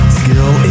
skill